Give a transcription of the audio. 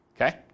Okay